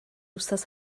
wythnos